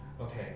Okay